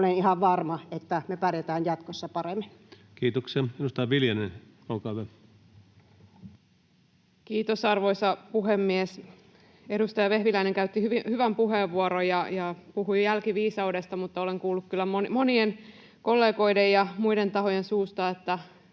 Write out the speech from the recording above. olen ihan varma, että me pärjätään jatkossa paremmin. Kiitoksia. — Edustaja Viljanen, olkaa hyvä. Kiitos, arvoisa puhemies! Edustaja Vehviläinen käytti hyvän puheenvuoron ja puhui jälkiviisaudesta. Olen kuullut kyllä monien kollegoiden ja muiden tahojen suusta, että